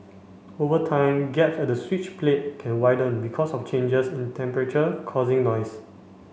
over time gap at the switch plate can widen because of changes in temperature causing noise